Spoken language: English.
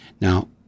Now